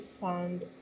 found